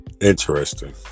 Interesting